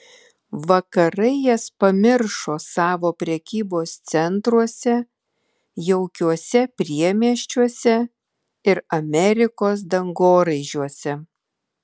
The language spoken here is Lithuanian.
vakarai jas pamiršo savo prekybos centruose jaukiuose priemiesčiuose ir amerikos dangoraižiuose